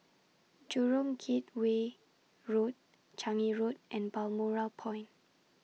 Jurong Gateway Road Changi Road and Balmoral Point